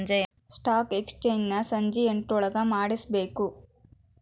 stock exchange ನ ಸಂಜಿ ಎಂಟ್ರೊಳಗಮಾಡಿಮುಗ್ಸ್ಬೇಕು